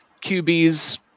QBs